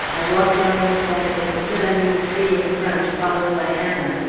i walked down the steps and stood under the tree in front, followed by anna.